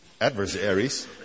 adversaries